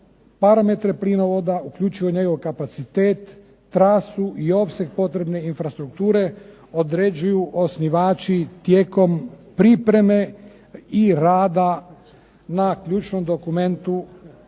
parametre plinovoda uključivo i njegov kapacitet, trasu i opseg potrebne infrastrukture određuju osnivači tijekom pripreme i rada na ključnom dokumentu